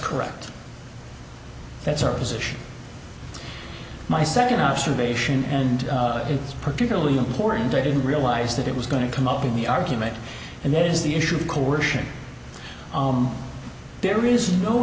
correct that's our position my second observation and it's particularly important i didn't realize that it was going to come up in the argument and there is the issue of coercion there is no